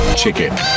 chicken